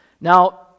Now